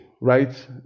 right